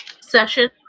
session